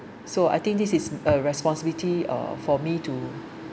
so I think this is a responsibility uh for me to